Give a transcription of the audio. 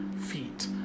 feet